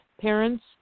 parents